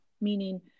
Meaning